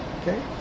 Okay